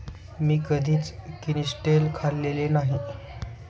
मी कधीच किनिस्टेल खाल्लेले नाही